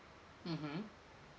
mmhmm